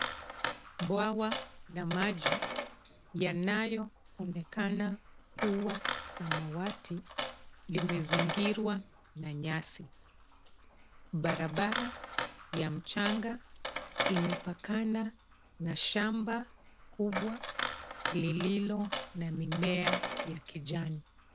Bwawa la maji yanayo onekana kuwa samawati limezingirwa na nyasi. Barabara ya mchanga imepakana na shamba kubwa lililo na mimea ya kijani.